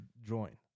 join